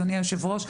אדוני היושב-ראש,